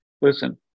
Listen